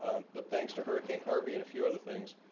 but thanks to hurricane harvey and a few other things,